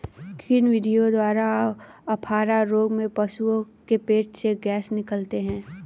किन विधियों द्वारा अफारा रोग में पशुओं के पेट से गैस निकालते हैं?